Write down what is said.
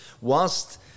whilst